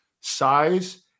size